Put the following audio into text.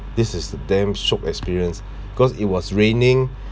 this is a damn shiok experience cause it was raining